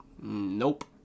Nope